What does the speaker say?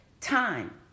time